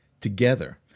together